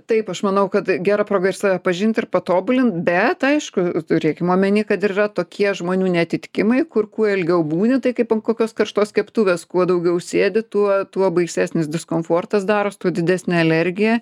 taip aš manau kad gera proga ir save pažint ir patobulint bet aišku turėkim omeny kad ir yra tokie žmonių neatitikimai kur kuo ilgiau būni tai kaip ant kokios karštos keptuvės kuo daugiau sėdi tuo tuo baisesnis diskomfortas daros tuo didesnę alergija